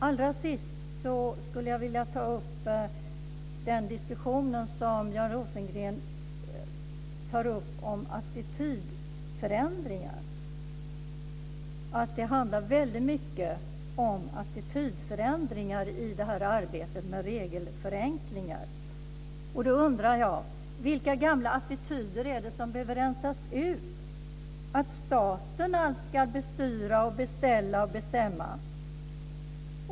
Allra sist skulle jag vilja återknyta till den diskussion om attitydförändringar som Björn Rosengren tog upp - att det väldigt mycket handlar om attitydförändringar när det gäller arbetet med regelförenklingar. Vilka gamla attityder är det som behöver rensas ut? Jag tänker då på detta med att staten allt ska bestyra, beställa och bestämma.